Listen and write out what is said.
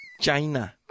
China